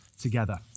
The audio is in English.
together